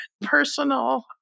personal